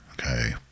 okay